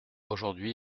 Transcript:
aujourd’hui